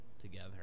together